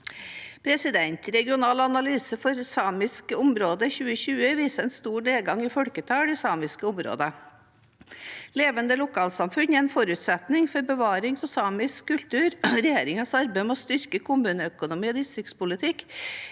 Regional analyse for Samisk område 2020 viser en stor nedgang i folketallet i samiske områder. Levende lokalsamfunn er en forutsetning for bevaring av samisk kultur, og regjeringens arbeid med å styrke kommuneøkonomi og distriktspolitikk